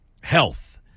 health